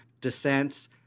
dissents